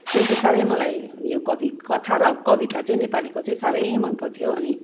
त्यो चाहिँ साह्रै मलाई यो कवि कथा र कविता चाहिँ नेपालीको चाहिँ साह्रै मन पर्थ्यो अनि